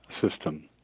system